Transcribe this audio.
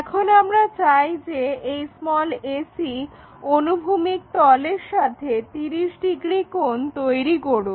এখন আমরা চাই যে এই ac অনুভূমিক তলের সাথে 30 ডিগ্রি কোণ তৈরি করুক